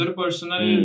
personal